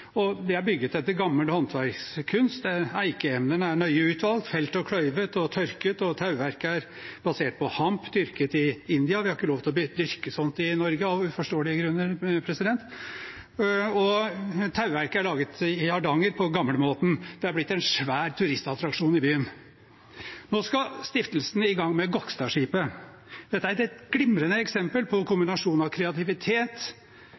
og Klåstadskipet, og det er bygget etter gammel håndverkskunst. Eikeemnene er nøye utvalgt, felt og kløyvd og tørket. Tauverket er basert på hamp, dyrket i India – vi har ikke lov til å dyrke sånt i Norge, av uforståelige grunner – og tauverket er laget i Hardanger på gamlemåten. Det er blitt en svær turistattraksjon i byen. Nå skal stiftelsen i gang med Gokstadskipet. Dette er et glimrende eksempel på